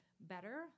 better